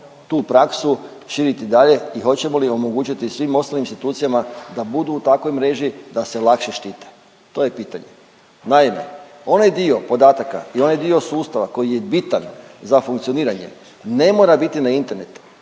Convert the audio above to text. tu praksu širiti dalje i hoćemo li omogućiti svim ostalim institucijama da budu u takvoj mreži da se lakše štite. To je pitanje. Naime, onaj dio podataka i onaj dio sustava koji je bitan za funkcioniranje ne mora biti na internetu.